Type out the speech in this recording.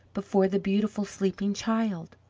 before the beautiful sleeping child.